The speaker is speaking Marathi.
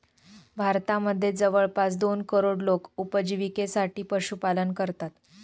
भारतामध्ये जवळपास दोन करोड लोक उपजिविकेसाठी पशुपालन करतात